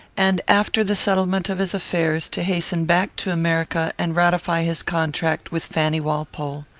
and, after the settlement of his affairs, to hasten back to america and ratify his contract with fanny walpole.